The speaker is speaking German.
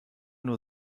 nur